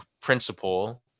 principle